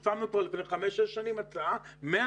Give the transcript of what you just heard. לפני חמש-שש שנים שמנו פה הצעה כתובה על מאה